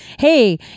hey